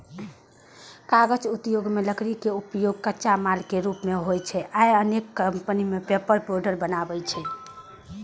कागज उद्योग मे लकड़ी के उपयोग कच्चा माल के रूप मे होइ छै आ अनेक कंपनी पेपरबोर्ड बनबै छै